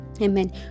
amen